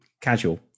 casual